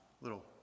little